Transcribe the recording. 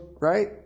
right